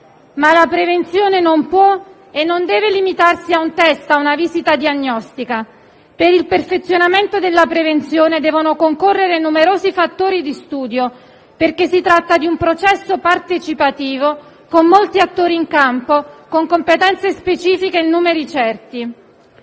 Ma la prevenzione non può e non deve limitarsi a un *test* e a una visita diagnostica. Per il perfezionamento della prevenzione devono concorrere numerosi fattori di studio perché si tratta di un processo partecipativo, con molti attori in campo, con competenze specifiche e numeri certi.